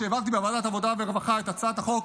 העברתי בוועדת העבודה והרווחה את הצעת החוק